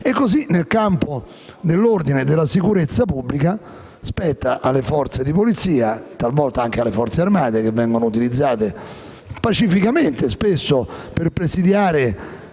E così nel campo dell'ordine e della sicurezza pubblica sono chiamate a operare le forze di polizia, talvolta anche le Forze armate, che vengono utilizzate pacificamente, spesso per presidiare